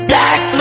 Black